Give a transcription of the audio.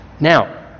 Now